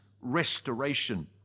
restoration